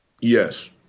yes